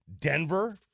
Denver